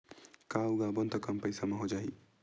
का उगाबोन त कम पईसा म हो जाही?